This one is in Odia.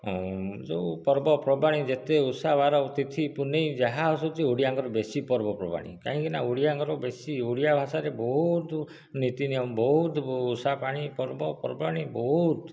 ଯୋଉ ପର୍ବପର୍ବାଣି ଯେତେ ଓଷା ବାର ତିଥି ପୁନେଇ ଯାହା ଆସୁଛି ଓଡ଼ିଆଙ୍କର ବେଶୀ ପର୍ବପର୍ବାଣି କାହିଁକିନା ଓଡ଼ିଆଙ୍କର ବେଶୀ ଓଡ଼ିଆ ଭାଷାରେ ବହୁତ ନୀତିନିୟମ ବହୁତ ଓଷା ବାଣୀ ପର୍ବପର୍ବାଣି ବହୁତ